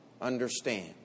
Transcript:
understand